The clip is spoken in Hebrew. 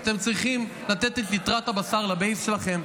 אתם צריכים לתת את ליטרת הבשר לבייס שלכם.